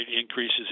increases